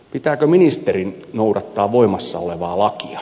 pitääkö ministerin noudattaa voimassa olevaa lakia